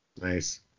Nice